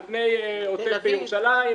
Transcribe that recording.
על פני עוטף ירושלים,